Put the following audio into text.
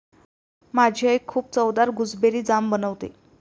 माझी आई खूप चवदार गुसबेरी जाम बनवते